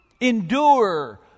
endure